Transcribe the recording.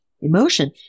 emotion